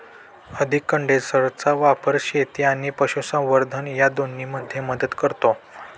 अधिक कंडेन्सरचा वापर शेती आणि पशुसंवर्धन या दोन्हींमध्ये मदत करतो